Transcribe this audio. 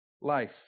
life